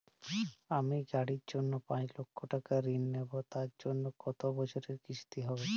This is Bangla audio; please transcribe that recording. আমি গাড়ির জন্য পাঁচ লক্ষ টাকা ঋণ নেবো তার জন্য কতো বছরের কিস্তি হবে?